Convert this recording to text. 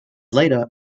later